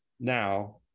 now